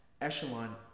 Echelon